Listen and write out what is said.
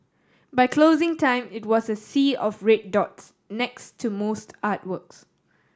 by closing time it was a sea of red dots next to most artworks